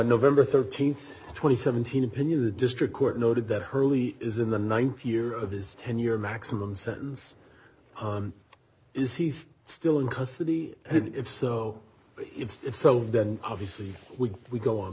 november thirteenth twenty seventeen opinion the district court noted that hurley is in the ninth year of his ten year maximum sentence is he still in custody and if so it's so obviously we go on